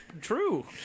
true